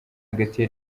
hagati